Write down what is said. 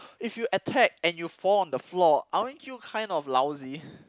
if you attack and you fall on the floor aren't you kind of lousy